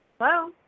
Hello